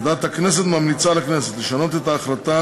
ועדת הכנסת ממליצה לכנסת לשנות את ההחלטה